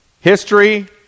History